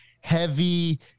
heavy